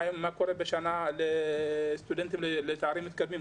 מה קורה עם סטודנטים לתארים מתקדמים,